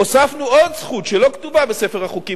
הוספנו עוד זכות שלא כתובה בספר החוקים.